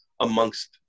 amongst